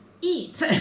eat